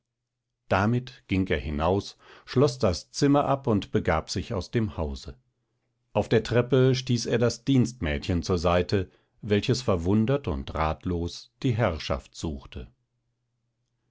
damit ging er hinaus schloß das zimmer ab und begab sich aus dem hause auf der treppe stieß er das dienstmädchen zur seite welches verwundert und ratlos die herrschaft suchte